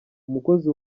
umukozi